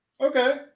Okay